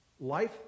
life